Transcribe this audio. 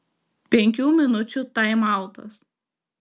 penkių minučių taimautas